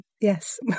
Yes